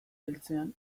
heltzean